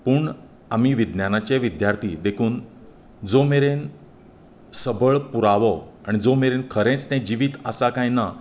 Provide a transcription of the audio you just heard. पूण आमी विज्ञानाचे विद्यार्थी देखून जो मेरेन सबळ पुरावो आनी जो मेरेन खरेंच तें जिवीक आसा काय ना